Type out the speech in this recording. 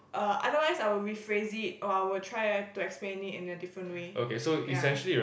err otherwise I will rephrase it or I will try to explain it in a different way ya